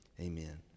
Amen